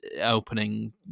opening